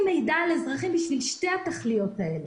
מידע על אזרחים בשביל שתי התכליות האלה.